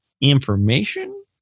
information